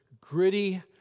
gritty